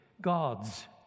God's